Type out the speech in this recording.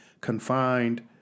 confined